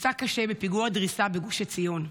נפצע קשה בפיגוע דריסה בגוש עציון.